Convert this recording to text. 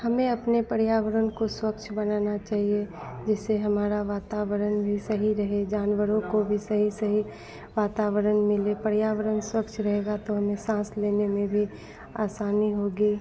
हमें अपने पर्यावरण को स्वच्छ बनाना चाहिए जिससे हमारा वातावरण भी सही रहें जानवरों को भी सही सही वातावरण मिले परियावरण स्वच्छ रहेगा तो हम इसे साँस लेने में भी आसानी होगी